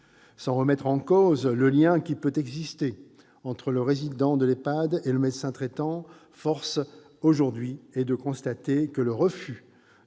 Sans remettre en cause le lien qui peut exister entre le résident de l'EHPAD et le médecin traitant, force est aujourd'hui de constater que le refus